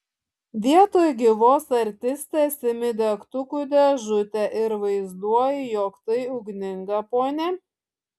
vietoj gyvos artistės imi degtukų dėžutę ir vaizduoji jog tai ugninga ponia